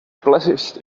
placed